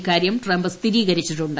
ഇക്കാര്യം ട്രംപ് സ്ഥിരീകരിച്ചിട്ടുണ്ട്